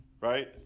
right